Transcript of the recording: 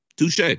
Touche